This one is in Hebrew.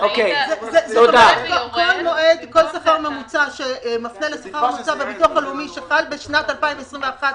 כל --- שמפנה לשכר ממוצע והביטוח הלאומי --- בשנת 2021,